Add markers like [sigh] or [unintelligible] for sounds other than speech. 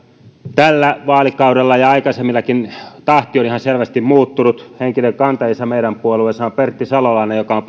tällä vaalikaudella ja aikaisemmillakin tahti on ihan selvästi muuttunut henkinen kantaisä meidän puolella on pertti salolainen joka on [unintelligible]